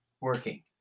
working